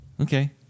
Okay